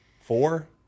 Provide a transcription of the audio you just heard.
Four